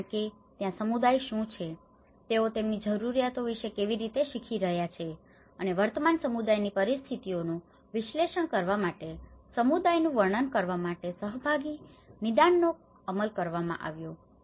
કારણ કે ત્યાં સમુદાય શુ છે તેઓ તેમની જરૂરિયાતો વિશે કેવી રીતે શીખી રહ્યા છે અને વર્તમાન સમુદાયની પરિસ્થિતિઓનું વિશ્લેષણ કરવા માટે સમુદાયનું વર્ણન કરવા માટે સહભાગી નિદાનનો અમલ કરવામાં આવ્યો છે